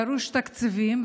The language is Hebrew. דרושים תקציבים.